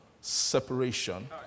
separation